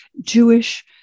jewish